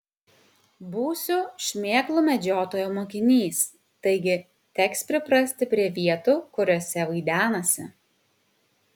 būsiu šmėklų medžiotojo mokinys taigi teks priprasti prie vietų kuriose vaidenasi